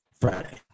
Friday